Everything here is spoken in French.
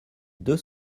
deux